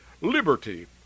liberty